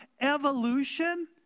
evolution